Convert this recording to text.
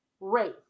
race